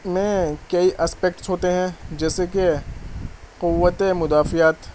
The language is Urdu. میں کئی اسپکٹس ہوتے ہیں جیسے کہ قوتِ مدافعت